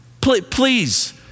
Please